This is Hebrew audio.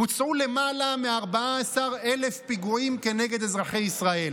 בוצעו למעלה מ-14,000 פיגועים כנגד אזרחי ישראל,